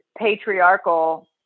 patriarchal